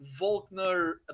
Volkner